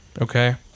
Okay